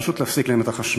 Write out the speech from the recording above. פשוט להפסיק להם את החשמל.